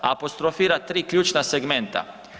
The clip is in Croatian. Apostrofira tri ključna segmenta.